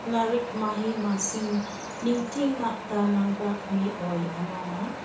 ꯂꯥꯏꯔꯤꯛ ꯃꯍꯩ ꯃꯁꯤꯡ ꯅꯤꯡꯊꯤꯅ ꯇꯝꯂꯕ ꯃꯤꯑꯣꯏ ꯑꯃꯅ